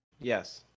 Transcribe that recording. Yes